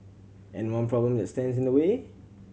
and one problem that stands in the way